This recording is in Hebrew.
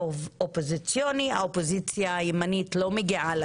אופוזיציונית, ושהאופוזיציה לא מגיעה.